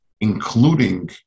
including